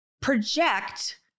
project